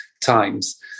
times